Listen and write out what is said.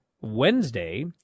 Wednesday